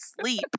sleep